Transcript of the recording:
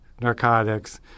narcotics